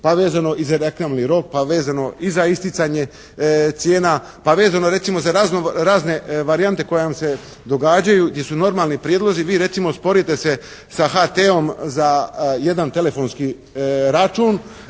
Pa vezano i za deklarni rok, pa vezano i za isticane cijena, pa vezano recimo za razno-razne varijante koje vam se događaju. Gdje su normalni prijedlozi vi recimo sporite se sa HT-om za jedan telefonski račun,